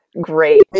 Great